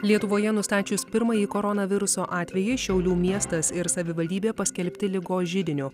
lietuvoje nustačius pirmąjį koronaviruso atvejį šiaulių miestas ir savivaldybė paskelbti ligos židiniu